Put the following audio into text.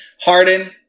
Harden